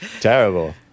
Terrible